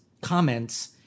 comments